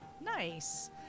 Nice